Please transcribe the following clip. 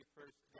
First